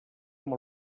amb